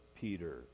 peter